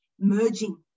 merging